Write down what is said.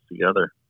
together